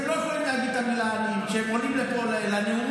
הם לא יכולים להגיד את המילה "עניים" כשהם עולים לפה לנאומים.